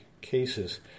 cases